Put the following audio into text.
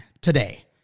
today